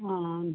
ആ ആ